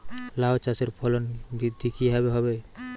লাউ চাষের ফলন বৃদ্ধি কিভাবে হবে?